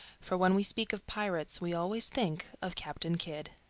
for when we speak of pirates we always think of captain kidd.